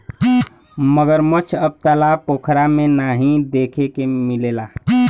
मगरमच्छ अब तालाब पोखरा में नाहीं देखे के मिलला